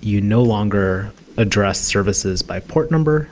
you no longer address services by port number.